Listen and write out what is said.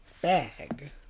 bag